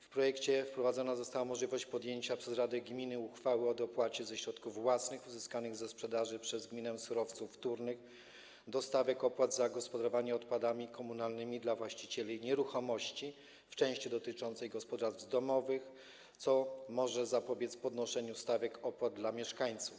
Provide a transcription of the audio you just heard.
W projekcie wprowadzona została możliwość podjęcia przez radę gminy uchwały dotyczącej dopłat ze środków własnych - uzyskanych ze sprzedaży przez gminę surowców wtórnych - do stawek opłat za gospodarowanie odpadami komunalnymi dla właścicieli nieruchomości w części dotyczącej gospodarstw domowych, co może zapobiec podnoszeniu stawek opłat dla mieszkańców.